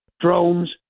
drones